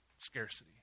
scarcity